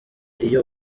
iyo